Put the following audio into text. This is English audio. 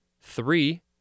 Three